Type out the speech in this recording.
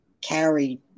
carried